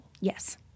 Yes